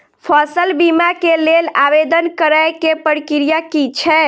फसल बीमा केँ लेल आवेदन करै केँ प्रक्रिया की छै?